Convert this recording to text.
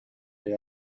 they